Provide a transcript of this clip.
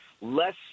less